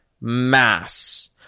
mass